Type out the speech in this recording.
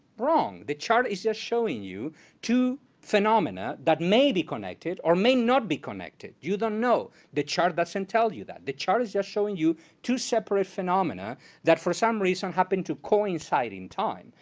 wrong. the chart is just showing you two phenomena that may be connected, or may not be connected. you don't know. the chart doesn't and tell you that. the chart is just showing you two separate phenomena that for some reason happened to coincide in time.